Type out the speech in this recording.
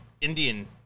Indian